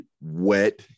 wet